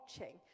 watching